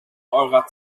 eurer